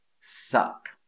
suck